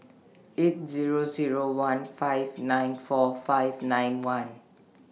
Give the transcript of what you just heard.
eight Zero Zero one five nine four five nine one